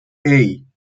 hey